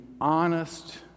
honest